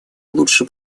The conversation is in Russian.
лучше